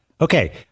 Okay